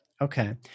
Okay